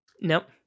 Nope